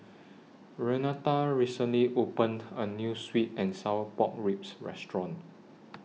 Renata recently opened A New Sweet and Sour Pork Ribs Restaurant